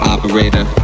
Operator